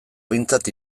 behintzat